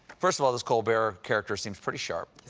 first of all, this colbert character seems pretty sharp.